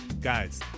guys